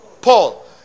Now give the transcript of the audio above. Paul